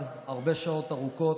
אפשר קריאות ביניים.